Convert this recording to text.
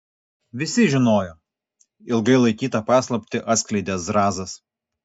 visi žinojo ilgai laikytą paslaptį atskleidė zrazas